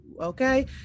okay